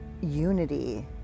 unity